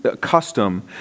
custom